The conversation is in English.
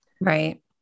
Right